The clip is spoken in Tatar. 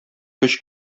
көч